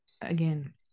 again